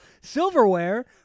silverware